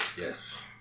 Yes